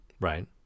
Right